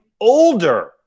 older